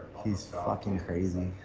he's fucking crazy